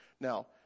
Now